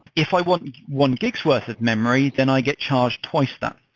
if i want one gigs-worth of memory, then i get charged twice that.